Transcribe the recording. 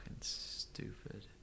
stupid